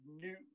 new